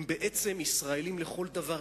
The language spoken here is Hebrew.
הם בעצם ישראלים לכל דבר.